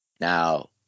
now